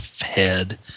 head